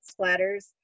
splatters